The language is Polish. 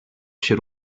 się